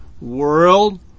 world